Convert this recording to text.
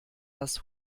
das